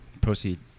Proceed